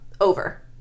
Over